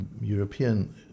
European